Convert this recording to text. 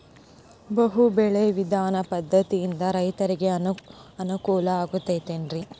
ಬಹು ಬೆಳೆ ವಿಧಾನ ಪದ್ಧತಿಯಿಂದ ರೈತರಿಗೆ ಅನುಕೂಲ ಆಗತೈತೇನ್ರಿ?